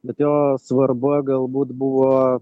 bet jo svarba galbūt buvo